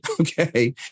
okay